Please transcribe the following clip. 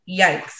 yikes